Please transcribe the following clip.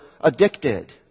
addicted